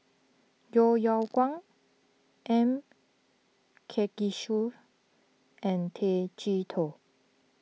Yeo Yeow Kwang M Karthigesu and Tay Chee Toh